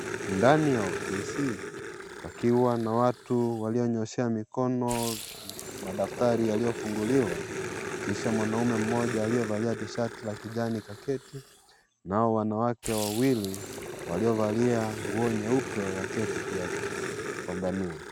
Ndani ya ofisi wakiwa na watu walionyoshea mikono madaftari yaliyofunguliwa kisha mwanaume mmoja aliyevalia shati la kijani kaketi nao wanawake wawili waliovalia nguo nyeupe waketi wakifafanua.